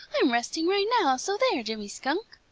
i'm resting right now, so there, jimmy skunk!